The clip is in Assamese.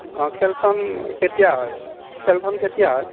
অঁ খেলখন কেতিয়া হয় খেলখন কেতিয়া হয়